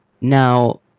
Now